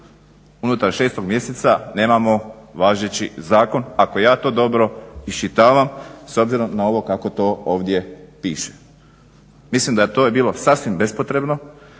unutar 6.mjeseca nemamo važeći zakon ako ja to dobro iščitavam s obzirom na ovo kako to ovdje piše. Mislim da je to bilo sasvim bespotrebno